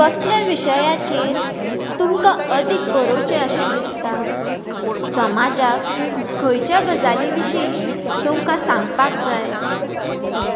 कसल्या विशयाचेर तुमकां अदीक बरोवचें अशें दिसता समाजाक खंयच्या गजाली विशीं तुमकां सांगपाक जाय